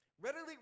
Readily